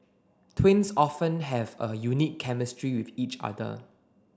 twins often have a unique chemistry with each other